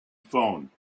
phone